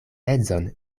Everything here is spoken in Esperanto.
edzon